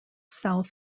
south